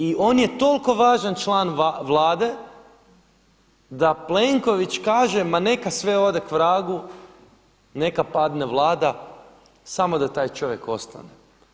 I on je toliko važan član Vlade da Plenković kaže, ma neka sve ode k vragu, neka padne Vlada samo da taj čovjek ostane.